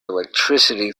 electricity